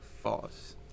false